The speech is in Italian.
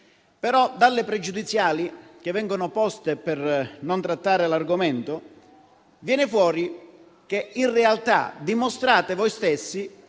questioni pregiudiziali che vengono poste per non trattare l'argomento viene fuori che in realtà dimostrate voi stessi